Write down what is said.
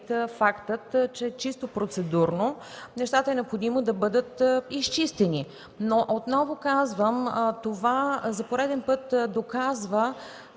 факта, че чисто процедурно е необходимо нещата да бъдат изчистени. Отново казвам, това за пореден път доказва,